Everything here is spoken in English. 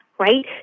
Right